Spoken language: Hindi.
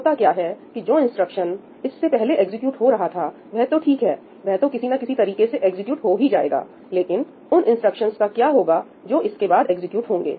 होता क्या है कि जो इंस्ट्रक्शन इससे पहले एग्जीक्यूट हो रहा था वह तो ठीक है वह तो किसी ना किसी तरीके से एक्जिक्यूट हो ही जाएगा लेकिन उन इंस्ट्रक्शंस का क्या होगा जो इसके बाद एग्जीक्यूट होंगे